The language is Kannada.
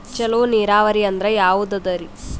ಚಲೋ ನೀರಾವರಿ ಅಂದ್ರ ಯಾವದದರಿ?